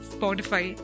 Spotify